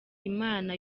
imana